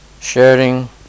sharing